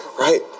right